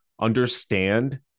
Understand